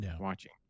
watching